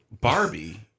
Barbie